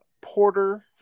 Porter